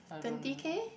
twenty K